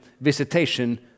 visitation